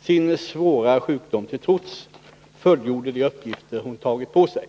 sin svåra sjukdom till trots fullgjorde de uppgifter hon tagit på sig.